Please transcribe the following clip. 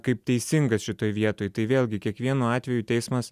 kaip teisingas šitoj vietoj tai vėlgi kiekvienu atveju teismas